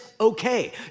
okay